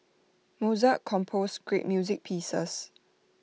Mozart composed great music pieces